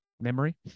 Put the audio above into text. memory